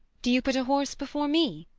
do you put a horse before me?